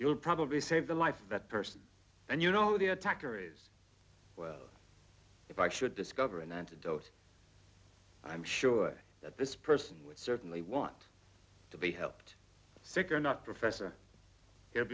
would probably save the life of that person and you know the attacker is well if i should discover an antidote i'm sure that this person would certainly want to be helped secure not professor